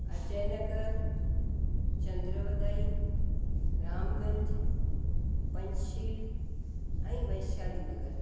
अजय नगर चंद्रवदाई रामगंज पंजशील ऐं वैशाली नगर